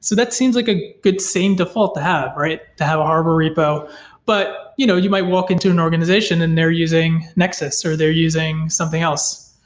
so that seems like a good same default to have, right? to have a harbor repo but you know you might walk into an organization and they're using nexus, or they're using something else.